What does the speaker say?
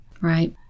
right